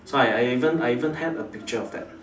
so I I I even I even have a picture of that